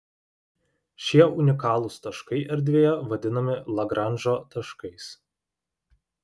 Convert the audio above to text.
šie unikalūs taškai erdvėje vadinami lagranžo taškais